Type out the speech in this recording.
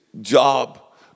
job